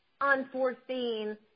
Unforeseen